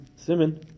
simon